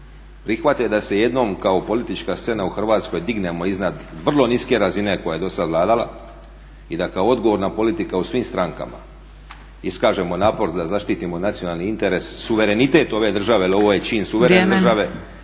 prihvate da se jednom kao politička scena u Hrvatskoj dignemo iznad vrlo niske razine koja je do sad vladala i da kao odgovorna politika u svim strankama iskažemo napor da zaštitimo nacionalni interes, suverenitet ove države jer ovo je čin suverene države